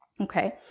okay